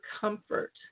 comfort